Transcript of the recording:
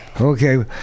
Okay